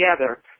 together